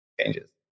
Changes